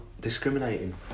discriminating